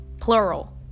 plural